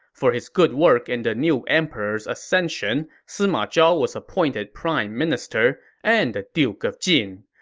for his good work in the new emperor's ascension, sima zhao was appointed prime minister and the duke of jin,